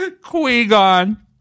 Qui-Gon